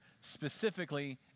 specifically